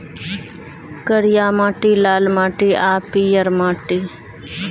करिया माटि, लाल माटि आ पीयर माटि